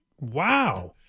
Wow